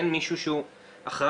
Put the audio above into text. אין מישהו שהוא אחראי.